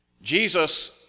Jesus